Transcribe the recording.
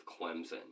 Clemson